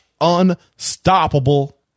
unstoppable